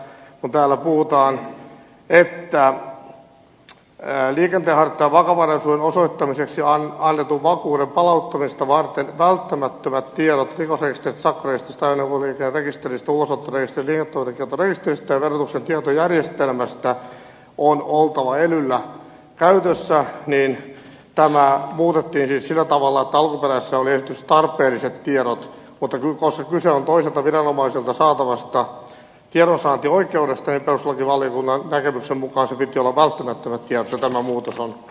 kun täällä puhutaan että liikenteenharjoittajan vakavaraisuuden osoittamiseksi annetun vakuuden palauttamista varten välttämättömät tiedot rikosrekisteristä sakkorekisteristä ajoneuvoliikennerekisteristä ulosottorekisteristä liike toimintakieltorekisteristä ja verotuksen tietojärjestelmästä on oltava elyllä käytössä niin tämä muutettiin siis sillä tavalla että kun alkuperäisessä oli esitys tarpeelliset tiedot niin koska kyse on toiselta viranomaiselta saatavasta tiedonsaantioikeudesta niin perustuslakivaliokunnan näkemyksen mukaan sen piti olla välttämättömät tiedot ja tämä muutos on